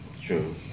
True